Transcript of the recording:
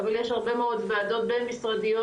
אבל יש הרבה מאוד ועדות בין משרדיות,